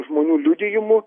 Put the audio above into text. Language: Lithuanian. žmonių liudijimų